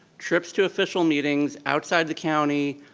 trips to official meetings, outside the county.